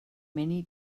many